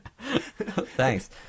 Thanks